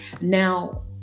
now